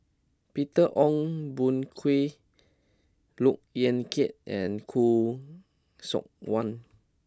Peter Ong Boon Kwee Look Yan Kit and Khoo Seok Wan